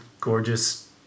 gorgeous